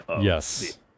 Yes